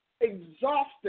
exhausted